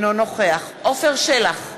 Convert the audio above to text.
אינו נוכח עפר שלח,